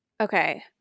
Okay